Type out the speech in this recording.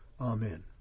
amen